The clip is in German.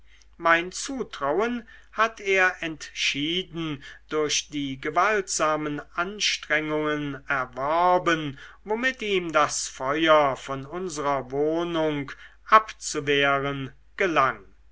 mein zutrauen hat er entschieden durch die gewaltsamen anstrengungen erworben womit ihm das feuer von unserer wohnung abzuwehren gelang